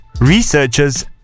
researchers